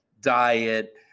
diet